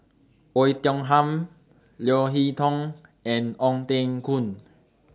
Oei Tiong Ham Leo Hee Tong and Ong Teng Koon